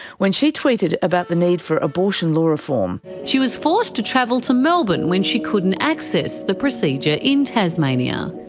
when she tweeted about the need for abortion law reform. she was forced to travel to melbourne when she couldn't access the procedure in tasmania.